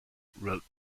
wrote